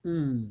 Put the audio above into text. mm